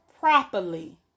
Properly